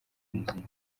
n’izindi